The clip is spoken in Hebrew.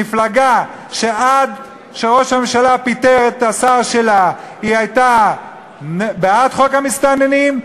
מפלגה שעד שראש הממשלה פיטר את השר שלה היא הייתה בעד חוק המסתננים,